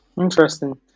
Interesting